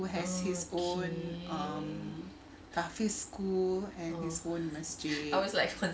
who has his own um tahfiz school and his own masjid